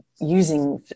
using